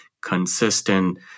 consistent